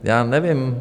Já nevím.